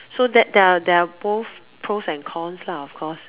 so that there are there are both pros and cons lah of course